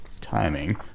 timing